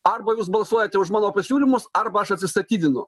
arba jūs balsuojate už mano pasiūlymus arba aš atsistatydinu